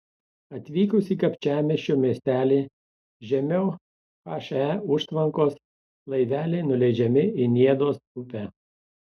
atvykus į kapčiamiesčio miestelį žemiau he užtvankos laiveliai nuleidžiami į niedos upę